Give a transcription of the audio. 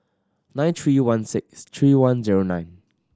nine three one six three one zero nine